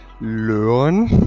Learn